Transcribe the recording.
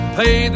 pay